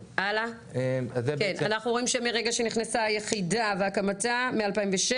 אנחנו רואים שמרגע הוקמה היחידה ב-2006,